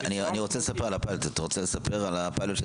אתה רוצה לספר על הפילוט?